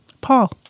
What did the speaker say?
Paul